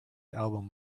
album